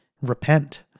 repent